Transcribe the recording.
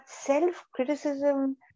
self-criticism